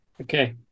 Okay